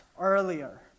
earlier